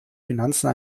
finanzen